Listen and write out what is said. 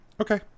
Okay